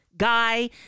Guy